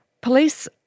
police